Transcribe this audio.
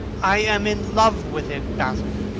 i am in love with it, basil.